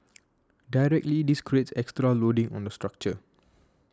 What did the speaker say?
directly this creates extra loading on the structure